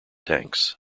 tanks